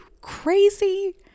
crazy